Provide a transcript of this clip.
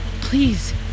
Please